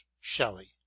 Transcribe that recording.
Shelley